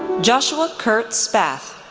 joshua curt spaeth,